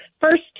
first